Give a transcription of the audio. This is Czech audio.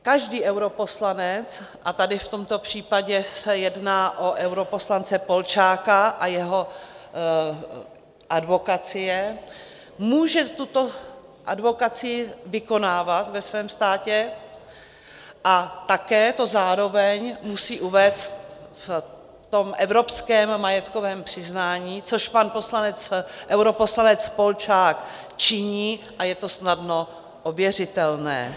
Každý europoslanec a tady v tomto případě se jedná o europoslance Polčáka a jeho advokacie může tuto advokacii vykonávat ve svém státě a také to zároveň musí uvést v tom evropském majetkovém přiznání, což pan europoslanec Polčák činí a je to snadno ověřitelné.